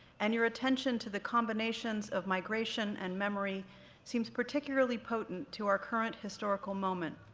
and your attention to the combinations of migration and memory seems particularly potent to our current historical moment.